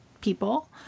people